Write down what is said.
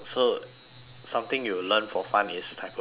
something you'll learn for fun is typography ah